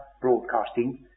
broadcasting